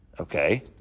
okay